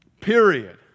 Period